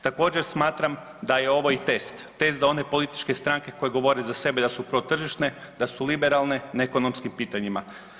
Također, smatram da je ovo test, test za one političke stranke koje govore za sebe da su protržišne, da su liberalne na ekonomskim pitanjima.